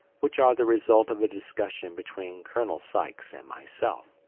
which are the result of a discussion between colonel sykes and myself,